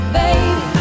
baby